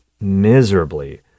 miserably